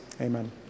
amen